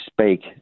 speak